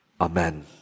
Amen